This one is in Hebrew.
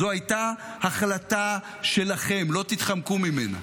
זו הייתה החלטה שלכם, לא תתחמקו ממנה.